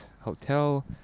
hotel